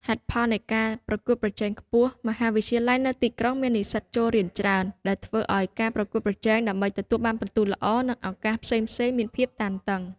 ហេតុផលនៃការប្រកួតប្រជែងខ្ពស់មហាវិទ្យាល័យនៅទីក្រុងមាននិស្សិតចូលរៀនច្រើន ដែលធ្វើឱ្យការប្រកួតប្រជែងដើម្បីទទួលបានពិន្ទុល្អ និងឱកាសផ្សេងៗមានភាពតានតឹង។